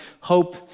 hope